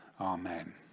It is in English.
Amen